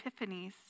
epiphanies